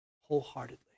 wholeheartedly